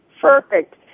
Perfect